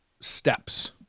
steps